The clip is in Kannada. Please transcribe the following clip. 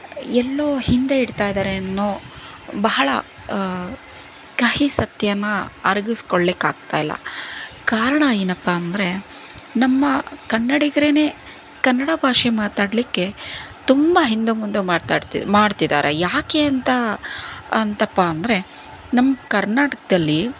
ಎಲ್ಲೋ ಹಿಂದೆ ಇಡ್ತಾಯಿದ್ದಾರೇನೋ ಬಹಳ ಕಹಿ ಸತ್ಯನಾ ಅರಗಿಸ್ಕೊಳ್ಳಿಕ್ಕೆ ಆಗ್ತಾಯಿಲ್ಲ ಕಾರಣ ಏನಪ್ಪಾ ಅಂದರೆ ನಮ್ಮ ಕನ್ನಡಿಗರೇ ಕನ್ನಡ ಭಾಷೆ ಮಾತಾಡ್ಲಿಕ್ಕೆ ತುಂಬ ಹಿಂದೆ ಮುಂದೆ ಮಾತಾಡ್ತಿ ಮಾಡ್ತಿದ್ದಾರೆ ಯಾಕೆ ಅಂತ ಅಂತಪ್ಪ ಅಂದರೆ ನಮ್ಮ ಕರ್ನಾಟಕದಲ್ಲಿ